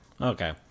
Okay